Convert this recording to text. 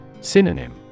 Synonym